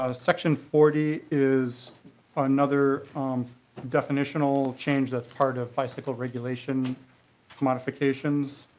ah section forty is another definitional change that's part of bicycle regulation modifications.